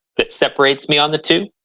that separates me on the two.